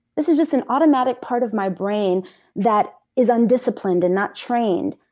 this is just an automatic part of my brain that is undisciplined and not trained,